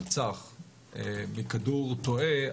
נרצח מכדור תועה,